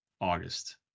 August